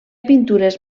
pintures